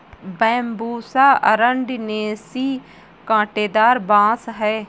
Bambusa arundinacea काँटेदार बाँस है